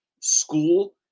school